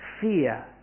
fear